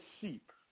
sheep